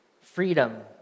freedom